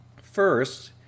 First